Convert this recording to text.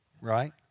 right